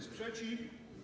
Sprzeciw!